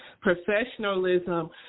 Professionalism